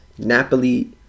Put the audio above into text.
Napoli